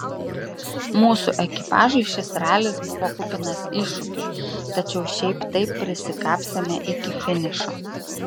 mūsų ekipažui šis ralis buvo kupinas iššūkių tačiau šiaip taip prisikapstėme iki finišo